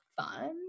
fun